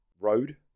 road